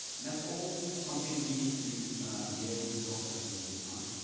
and that's all something we need to be able to process in real time.